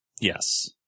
Yes